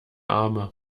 arme